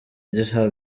jya